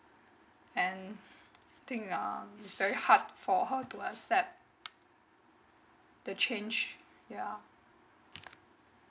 and I think um it's very hard for her to accept the change yeah